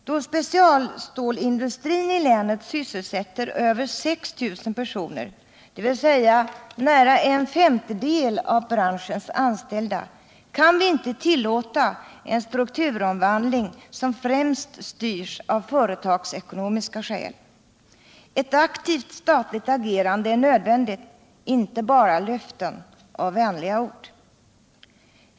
Då specialstålindustrin i länet sysselsätter över 6 000 personer, dvs. nära en femtedel av branschens anställda, kan vi inte tillåta en strukturomvandling som främst styrs av företagsekonomiska skäl. Ett aktivt statligt agerande är nödvändigt. Det räcker inte med löften och vänliga ord.